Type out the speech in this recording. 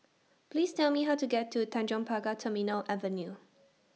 Please Tell Me How to get to Tanjong Pagar Terminal Avenue